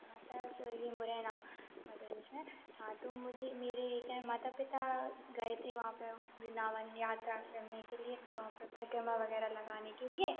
हाँ तो ये मुरैना बीच में हाँ तो मुझे मेरे क्या है माता पिता गए थे वहाँ पर वृन्दावन यात्रा करने के लिए वहाँ पर परिक्रमा वगैरह लगाने के लिए